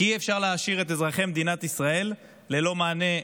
כי אי-אפשר להשאיר את אזרחי מדינת ישראל ללא מענה,